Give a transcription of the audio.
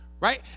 Right